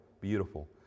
beautiful